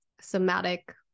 somatic